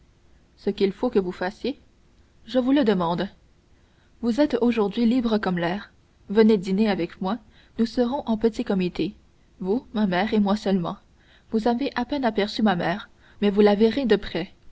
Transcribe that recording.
ce qu'il faut que vous fassiez je le demande vous êtes aujourd'hui libre comme l'air venez dîner avec moi nous serons en petit comité vous ma mère et moi seulement vous avez à peine aperçu ma mère mais vous la verrez de près